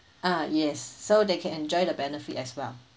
ah yes so they can enjoy the benefit as well